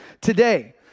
today